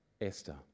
Esther